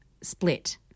Split